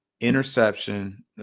interception